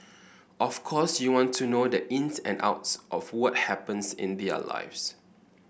of course you want to know the ins and outs of what happens in their lives